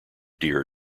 deer